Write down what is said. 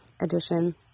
edition